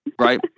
Right